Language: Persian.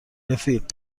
رفیق